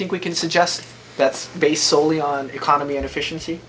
think we can suggest that's based soley on economy and efficiency